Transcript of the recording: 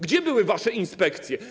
Gdzie były wasze inspekcje?